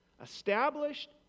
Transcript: established